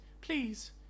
please